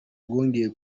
bwongeye